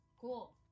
cool